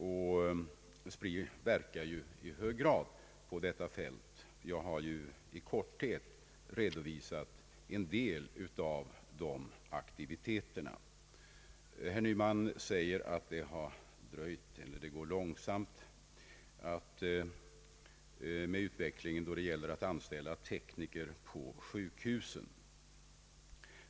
SPRI verkar ju i hög grad på detta fält. Jag har i korthet redovisat en del av de aktiviteterna. Herr Nyman säger att det går långsamt då det gäller att anställa tekniker på sjukhusen.